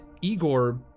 Igor